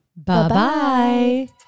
Bye-bye